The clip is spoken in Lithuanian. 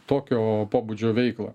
tokio pobūdžio veiklą